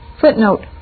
Footnote